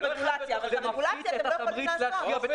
רגולציה אבל את הרגולציה אתם לא יכולים לעשות.